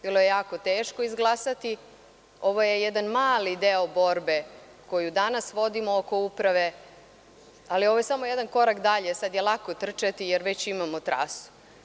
Bilo je jako teško izglasati, ovo je jedan mali deo borbe koju danas vodimo oko uprave, ali ovo je samo jedan korak dalje, sada je lako trčati jer već imamo trasu.